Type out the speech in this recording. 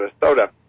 Minnesota